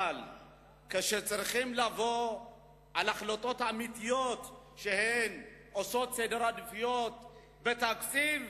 אבל כשצריכים לבוא להחלטות האמיתיות שעושות סדר עדיפויות בתקציב,